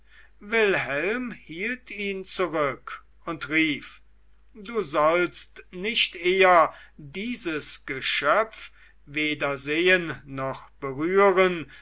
wilhelm hielt ihn zurück und rief du sollst nicht eher dieses geschöpf weder sehen noch berühren